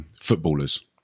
footballers